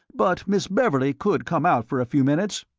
but miss beverley could come out for a few minutes?